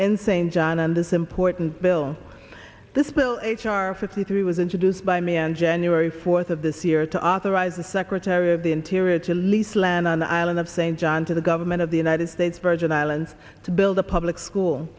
in st john on this important bill this bill h r fifty three was introduced by me and january fourth of this year to authorize the secretary of the interior to lease land on the island of st john to the government of the united states virgin islands to build a public school